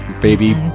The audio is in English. Baby